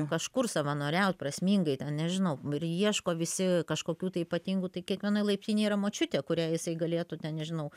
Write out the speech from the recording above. kažkur savanoriaut prasmingai ten nežinau ir ieško visi kažkokių tai ypatingų tai kiekvienoj laiptinėj yra močiutė kuriai jisai galėtų ten nežinau